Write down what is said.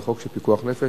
זה חוק של פיקוח נפש,